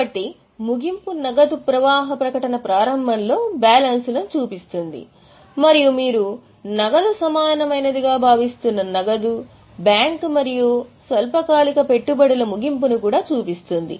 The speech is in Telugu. కాబట్టి ముగింపు నగదు ప్రవాహ ప్రకటన ప్రారంభంలో బ్యాలెన్స్లను చూపిస్తుంది మరియు మీరు నగదు సమానమైనదిగా భావిస్తున్న నగదు బ్యాంక్ మరియు స్వల్పకాలిక పెట్టుబడుల ముగింపును కూడా చూపిస్తుంది